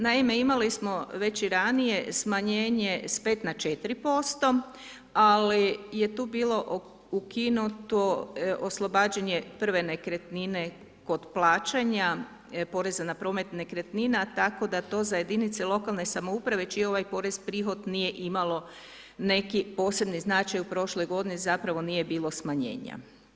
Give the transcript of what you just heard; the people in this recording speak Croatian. Naime, imali smo već i ranije smanjenje s 5 na 4%, ali je tu bilo ukinuto oslobađanje prve nekretnine kod plaćanje poreza na promet nekretnina, tako da to za jedinice lokalne samouprave čije je ovaj porez prihod nije imalo neki posebni značaj u prošloj godini, zapravo nije bilo smanjenja.